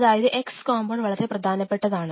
അതായത് x compound വളരെ പ്രധാനപ്പെട്ടതാണ്